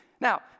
Now